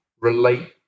relate